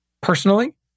personally